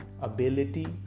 ability